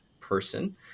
person